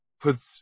puts